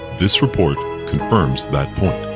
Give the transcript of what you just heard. this report confirms that point.